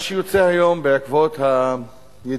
מה שיוצא היום, בעקבות הידיעות